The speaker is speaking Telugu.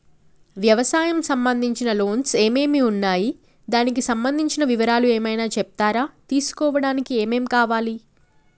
వ్యవసాయం సంబంధించిన లోన్స్ ఏమేమి ఉన్నాయి దానికి సంబంధించిన వివరాలు ఏమైనా చెప్తారా తీసుకోవడానికి ఏమేం కావాలి?